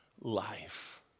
life